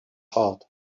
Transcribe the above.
heart